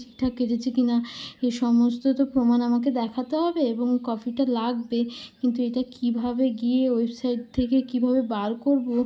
ঠিকঠাক কেটেছে কিনা এই সমস্ত তো প্রমাণ আমাকে দেখাতে হবে এবং কপিঁটা লাগবে কিন্তু এইটা কিভাবে গিয়ে ওয়েবসাইট থেকে কিভাবে বার করবো